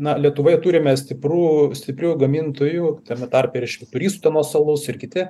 na lietuvoj turime stiprų stiprių gamintojų tame tarpe ir švyturys utenos alus ir kiti